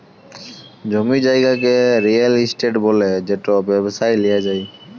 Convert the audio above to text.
জমি জায়গাকে real estate ব্যলে যেট ব্যবসায় লিয়া যায়